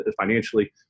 financially